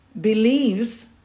believes